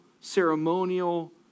ceremonial